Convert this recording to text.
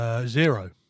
Zero